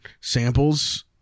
samples